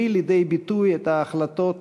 הביא לידי ביטוי את ההחלטות